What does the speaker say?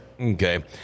Okay